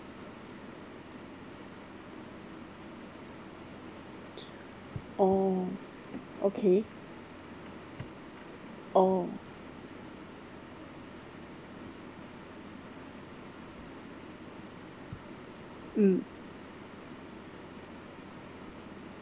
orh okay orh hmm